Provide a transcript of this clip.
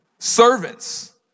servants